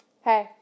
hey